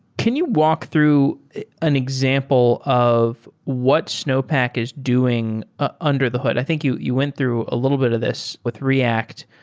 can you walk through an example of what snowpack is doing ah under the hood? i think you you went through a little bit of this with react,